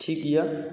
ठीक अइ